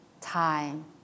time